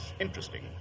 interesting